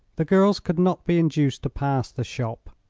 the girls could not be induced to pass the shop.